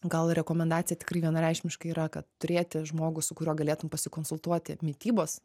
gal rekomendacija tikrai vienareikšmiškai yra kad turėti žmogų su kuriuo galėtum pasikonsultuoti mitybos